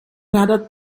ráda